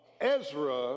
Ezra